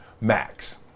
max